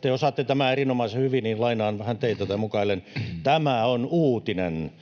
Te osaatte tämän erinomaisen hyvin, niin lainaan tai mukailen vähän teitä: ”tämä on uutinen”,